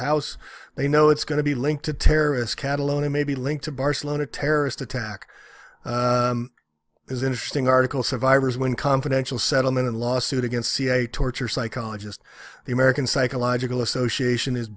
house they know it's going to be linked to terrorist catalona may be linked to barcelona terrorist attack is interesting article survivors when confidential settlement and lawsuit against cia torture psychologist the american psychological association is